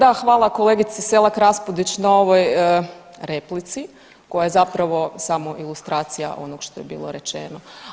Pa da hvala kolegici Selak RAspudić na ovoj replici koja je zapravo samo ilustracija onog što je bilo rečeno.